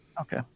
Okay